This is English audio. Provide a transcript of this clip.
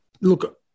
look